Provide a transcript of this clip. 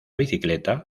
bicicleta